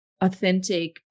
authentic